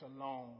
alone